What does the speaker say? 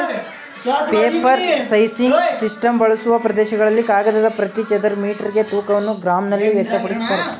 paper sizing system ಬಳಸುವ ಪ್ರದೇಶಗಳಲ್ಲಿ ಕಾಗದದ ಪ್ರತಿ ಚದರ ಮೀಟರ್ಗೆ ತೂಕವನ್ನು ಗ್ರಾಂನಲ್ಲಿ ವ್ಯಕ್ತಪಡಿಸ್ತಾರೆ